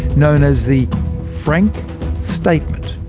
known as the frank statement.